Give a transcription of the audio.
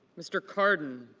mr. cardin